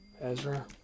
Ezra